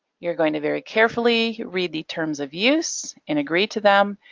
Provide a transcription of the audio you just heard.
you're going to very carefully read the terms of use and agree to them,